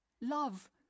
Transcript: Love